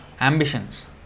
ambitions